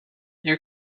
you